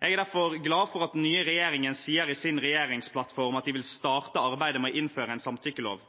Jeg er derfor glad for at den nye regjeringen i sin regjeringsplattform sier at de vil starte arbeidet med å innføre en